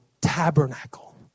tabernacle